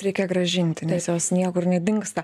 reikia grąžinti nes jos niekur nedingsta